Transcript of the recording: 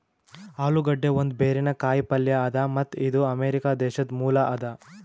ಆಲೂಗಡ್ಡಿ ಒಂದ್ ಬೇರಿನ ಕಾಯಿ ಪಲ್ಯ ಅದಾ ಮತ್ತ್ ಇದು ಅಮೆರಿಕಾ ದೇಶದ್ ಮೂಲ ಅದಾ